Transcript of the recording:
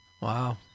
Wow